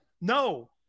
No